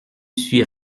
suis